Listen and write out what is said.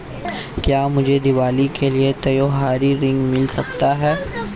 क्या मुझे दीवाली के लिए त्यौहारी ऋण मिल सकता है?